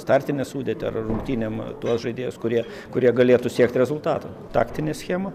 startinę sudėtį ar rungtynėm tuos žaidėjus kurie kurie galėtų siekt rezultato taktinę schemą